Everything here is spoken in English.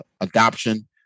adoption